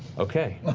okay.